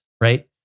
right